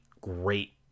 great